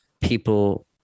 people